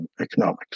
economics